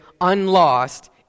unlost